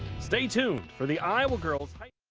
stay tuned for the iowa girls